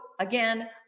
again